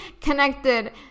connected